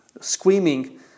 screaming